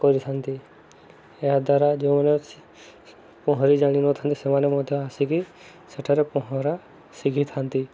କରିଥାନ୍ତି ଏହାଦ୍ୱାରା ଯେଉଁମାନେ ପହଁରି ଜାଣିନଥାନ୍ତି ସେମାନେ ମଧ୍ୟ ଆସିକି ସେଠାରେ ପହଁରା ଶିଖିଥାନ୍ତି